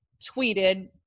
tweeted